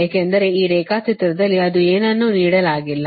ಏಕೆಂದರೆ ಈ ರೇಖಾಚಿತ್ರದಲ್ಲಿ ಅದು ಏನನ್ನೂ ನೀಡಲಾಗಿಲ್ಲ